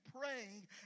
praying